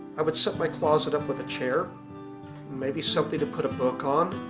i would set my closet up with a chair maybe something to put a book on,